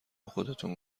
خودتون